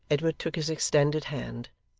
edward took his extended hand,